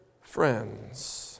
friends